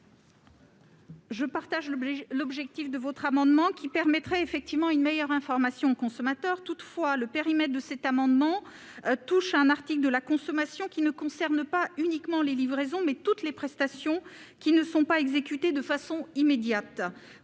Je partage l'objectif de votre amendement, qui permettrait, s'il était adopté, une meilleure information du consommateur. Toutefois, le périmètre de cet amendement touche à un article du code de la consommation qui concerne non pas uniquement les livraisons, mais toutes les prestations non exécutées de façon immédiate.